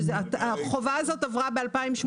החובה הזאת עברה ב-2018.